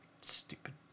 Stupid